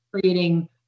creating